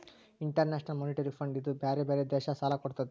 international monetary fund ಇದೂ ಬ್ಯಾರೆ ಬ್ಯಾರೆ ದೇಶಕ್ ಸಾಲಾ ಕೊಡ್ತುದ್